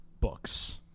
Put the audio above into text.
books